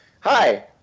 Hi